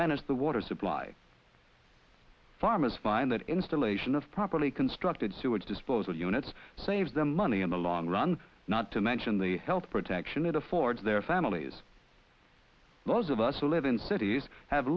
manage the water supply farmers find that installation of properly constructed sewage disposal units saves them money in the long run not to mention the health protection it affords their families those of us who live in cities have